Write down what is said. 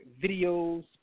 videos